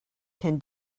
can